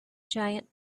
giant